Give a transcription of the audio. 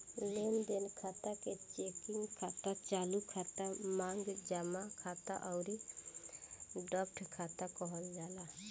लेनदेन खाता के चेकिंग खाता, चालू खाता, मांग जमा खाता अउरी ड्राफ्ट खाता कहल जाला